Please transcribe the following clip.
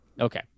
Okay